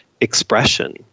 expression